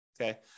okay